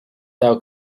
thou